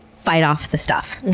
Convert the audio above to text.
fight off the stuff.